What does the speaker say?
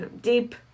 deep